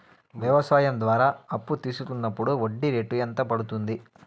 వ్యవసాయం ద్వారా అప్పు తీసుకున్నప్పుడు వడ్డీ రేటు ఎంత పడ్తుంది